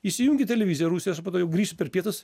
įsijungi televiziją rusijos o po to jau grįžti per pietus